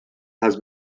has